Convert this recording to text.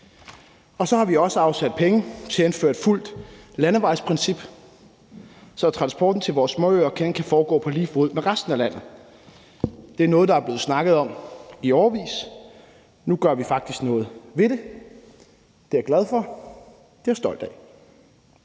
Så har vi også afsat penge til at indføre et fuldt landevejsprincip, så transporten til vores småøer kan foregå på lige fod med den i resten af landet. Det er noget, der er blevet snakket om i årevis; nu gør vi faktisk noget ved det. Det er jeg glad for og stolt af.